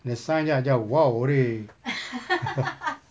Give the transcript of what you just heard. dia sign jer I jump !wow! hooray